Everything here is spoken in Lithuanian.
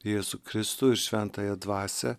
jėzų kristų ir šventąją dvasią